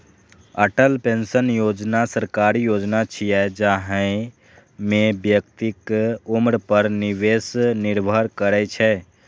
Atal pension Yojana सरकारी योजना छियै, जाहि मे व्यक्तिक उम्र पर निवेश निर्भर करै छै